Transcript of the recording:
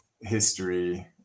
history